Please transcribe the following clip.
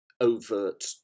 overt